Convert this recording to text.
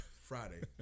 Friday